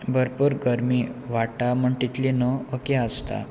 भरपूर गरमी वाडटा म्हण तितली न्हू ओके आसता